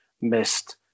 missed